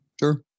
Sure